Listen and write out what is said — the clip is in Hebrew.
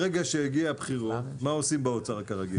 ברגע שהגיע הבחירות, מה עושים באוצר כרגיל?